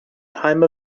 time